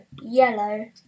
yellow